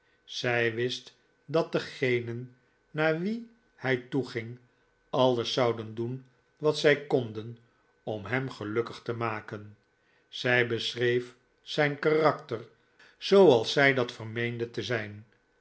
zij wist dat degenen naar wie hij toeging alles zouden doen wat zij konden om hem gelukkig te maken zij beschreef zijn karakter zooals zij dat vermeende te zijn